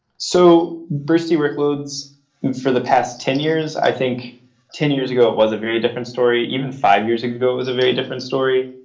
so bursty workloads for the past ten years, i think ten years ago it was a very different story. even five years ago it was a very different story.